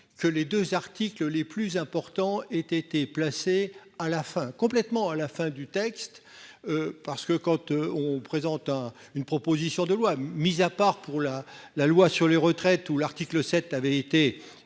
que les deux articles les plus importants étaient été placé à la fin, complètement à la fin du texte. Parce que quand on présente hein. Une proposition de loi, mise à part pour la la loi sur les retraites ou l'article 7 avait été